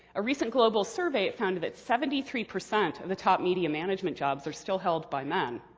a recent global survey found that seventy three percent of the top media-management jobs are still held by men.